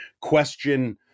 question